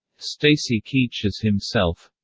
stacy keach as himself